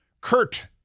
Kurt